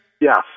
Yes